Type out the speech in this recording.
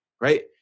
Right